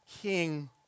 king